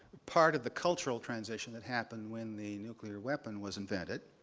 part of the cultural transition that happened when the nuclear weapon was invented,